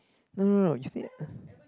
no no no you think